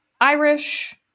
Irish